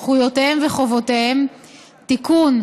זכויותיהם וחובותיהם (תיקון,